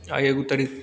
आइ एगो तारीख